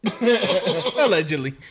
Allegedly